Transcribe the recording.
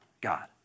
God